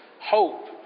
hope